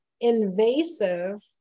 invasive